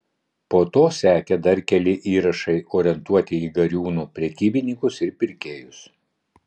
po to sekė dar keli įrašai orientuoti į gariūnų prekybininkus ir pirkėjus